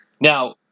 Now